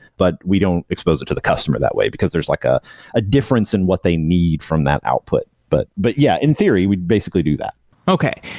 but we don't expose it to the customer that way, because there's like ah a difference in what they need from that output. but but yeah, in theory we basically do that okay,